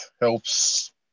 helps